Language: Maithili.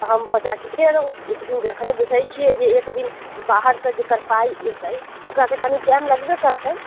हम बच्चाके एक दिन जखने बूझैत छियै जे एक दिन बाहरसँ जेकर पाइ एतै ओकरा तऽ कनि टाइम लगबे करतै